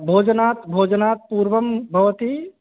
भोजनात् भोजनात् पूर्वं भवति